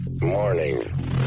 Morning